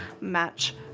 match